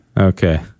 Okay